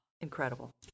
incredible